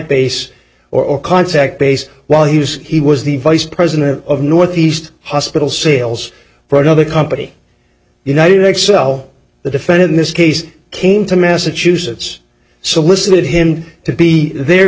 base or contact base while use he was the vice president of northeast hospital sales for another company united x l the defendant in this case came to massachusetts solicited him to be their